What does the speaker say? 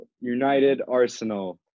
United-Arsenal